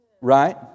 Right